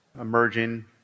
emerging